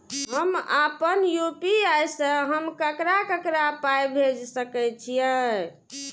हम आपन यू.पी.आई से हम ककरा ककरा पाय भेज सकै छीयै?